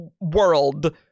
world